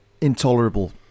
intolerable